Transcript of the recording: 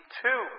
two